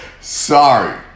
Sorry